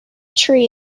tree